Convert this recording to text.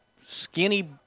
skinny